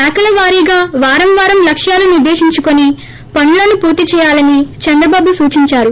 శాఖలవారీగా వారంవారం లక్ష్మాలను నిర్దేశించుకుని పనులను పూర్తిచేయాలని చంద్రబాబు సూచించారు